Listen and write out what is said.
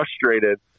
frustrated